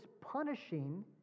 punishing